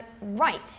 Right